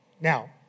Now